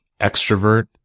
extrovert